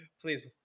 Please